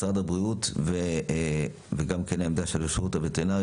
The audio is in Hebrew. משרד הבריאות וגם כן העמדה של השירות הווטרינרי.